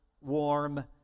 warm